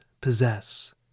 possess